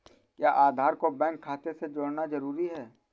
क्या आधार को बैंक खाते से जोड़ना जरूरी है?